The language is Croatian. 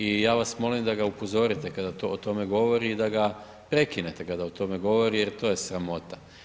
I ja vas molim da ga upozorite kada o tome govori i da ga prekinete kada o tome govori, jer to je sramota.